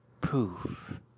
Poof